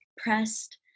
pressed